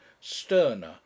sterner